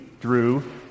Drew